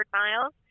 miles